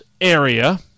area